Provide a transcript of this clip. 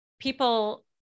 people